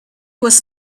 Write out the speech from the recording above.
was